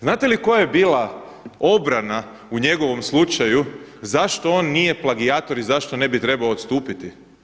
Znate koja je bila obrana u njegovom slučaju, zašto on nije plagijator i zašto ne bi trebao odstupiti?